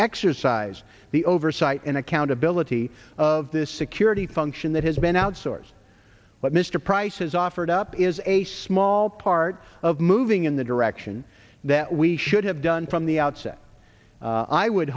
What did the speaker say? exercise the oversight and accountability of this security function that has been outsourced what mr price has offered up is a small part of moving in the direction that we should have done from the outset i would